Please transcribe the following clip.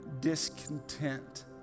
discontent